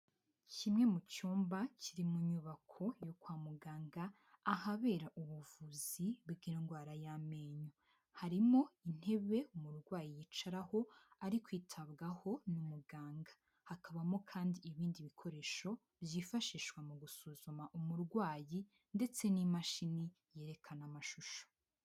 Kimwe mu cyumba kiri mu nyubako yo kwa muganga ahabera ubuvuzi bw'indwara y'amenyo. Harimo intebe umurwayi yicaraho ari kwitabwaho n'umuganga. Hakabamo kandi ibindi bikoresho byifashishwa mu gusuzuma umurwayi ndetse n'imashini yerekana amashusho.